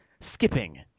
skipping